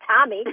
Tommy